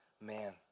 man